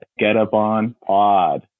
GetUpOnPod